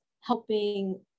helping